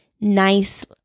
nice